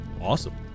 awesome